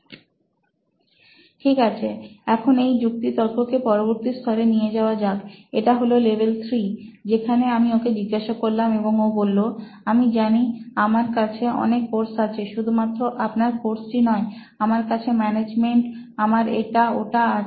Refer Slide Time 558 ঠিক আছে এখন এই যুক্তিতর্ক কে পরবর্তী স্তরে নিয়ে যাওয়া যাক এটা হল level3 যেখানে আমি ওকে জিজ্ঞাসা করলাম এবং ও বলল আমি জানি আমার কাছে অনেক কোর্স আছে শুধুমাত্র আপনার কোর্সটি নয় আমার কাছে ম্যানেজমেন্ট আমার এটা ওটা আছে